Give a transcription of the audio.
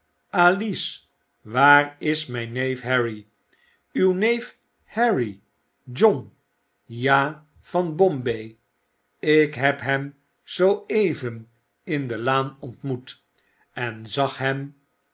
alice waar is mp neef harry uw neef harry john ja van bombay ik heb hem zoo even in de laan ontmoet en zag hem